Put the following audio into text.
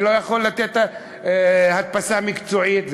אני לא יכול לתת הדפסה מקצועית,